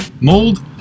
mold